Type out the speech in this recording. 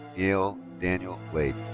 neill daniel lake.